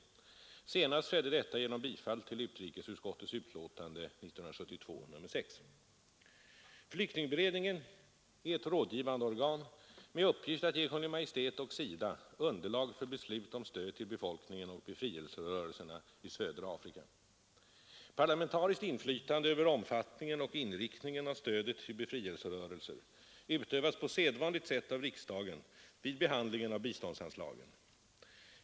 Senast skedde detta genom bifall till utrikesutskottets betänkande nr 6 år 1972. Flyktingberedningen är ett rådgivande organ med uppgift att ge Kungl. Maj:t och SIDA underlag för beslut om stöd till befolkningen och befrielserörelserna i södra Afrika. Parlamentariskt inflytande över omfattningen och inriktningen av stödet till befrielserörelser utövas på sedvanligt sätt av riksdagen vid behandlingen av biståndsanslagen.